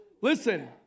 Listen